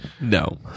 no